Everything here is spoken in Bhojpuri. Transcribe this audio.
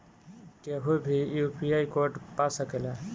केहू भी यू.पी.आई कोड पा सकेला?